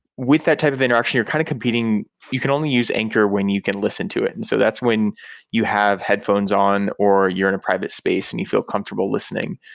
with that type of interaction, you're kind of competing you can only use anchor when you can listen to it. and so that's when you have headphones on or you're in a private space and you feel comfortable listening.